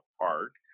park